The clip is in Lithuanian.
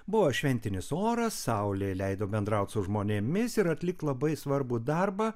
buvo šventinis oras saulė leido bendraut su žmonėmis ir atlikti labai svarbų darbą